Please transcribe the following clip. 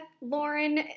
Lauren